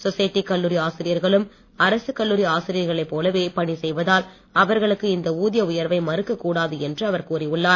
society கல்லூரி ஆசிரியர்களும் அரசு கல்லூரி ஆசிரியர்களைப் போலவே பணிசெய்வதால் அவர்களுக்கு இந்த ஊதிய உயர்வை மறுக்க கூடாது என்று அவர் கூறியுள்ளார்